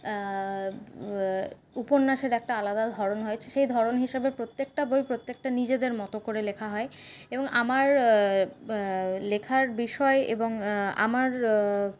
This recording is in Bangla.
উপন্যাসের একটা আলাদা ধরণ হয় সেই ধরণ হিসেবে প্রত্যেকটা বই প্রত্যেকটা নিজেদের মতো করে লেখা হয় এবং আমার লেখার বিষয় এবং আমার